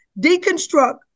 Deconstruct